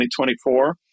2024